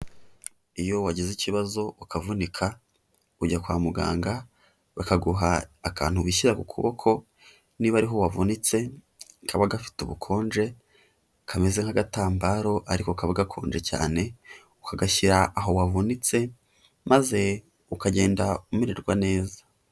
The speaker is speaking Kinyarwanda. Iyo wagize ikibazo ukavunika ujya kwa muganga, bakaguha akantu wishyira ku kuboko niba ari ho wavunitse kaba gafite ubukonje kameze nk'agatambaro ariko kaba gakonje cyane, ukagashyira aho wavunitse, maze ukagenda umererwa neza.